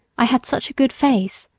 i had such a good face.